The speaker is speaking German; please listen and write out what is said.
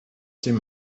dem